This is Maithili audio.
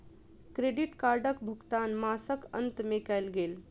क्रेडिट कार्डक भुगतान मासक अंत में कयल गेल